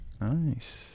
Nice